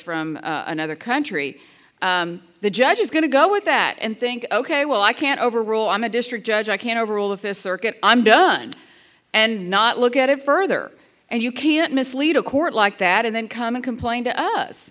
from another country the judge is going to go with that and think ok well i can't overrule i'm a district judge i can't over all of this circuit i'm done and not look at it further and you can't mislead a court like that and then come and complain to us